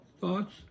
thoughts